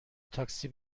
تاکسی